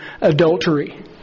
adultery